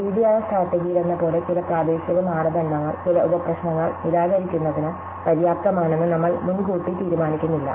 greedy ആയ സ്ട്രാട്ടെജിയിലെന്നപോലെ ചില പ്രാദേശിക മാനദണ്ഡങ്ങൾ ചില ഉപപ്രശ്നങ്ങൾ നിരാകരിക്കുന്നതിന് പര്യാപ്തമാണെന്ന് നമ്മൾ മുൻകൂട്ടി തീരുമാനിക്കുന്നില്ല